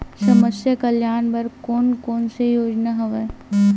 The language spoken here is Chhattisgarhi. समस्या कल्याण बर कोन कोन से योजना हवय?